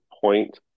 point